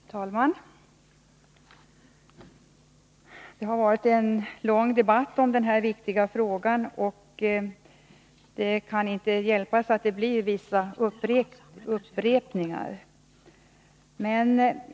Fru talman! Det har varit en lång debatt i denna viktiga fråga, och det kan inte hjälpas att det blir vissa upprepningar.